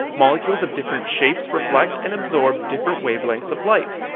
molecules of different shapes reflect and absorb different wavelengths of light.